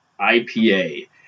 IPA